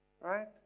Right